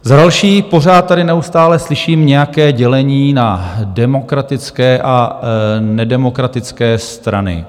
Za další, pořád tady... neustále slyším nějaké dělení na demokratické a nedemokratické strany.